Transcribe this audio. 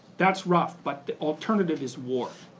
that's rough, but the alternative is war.